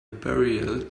burial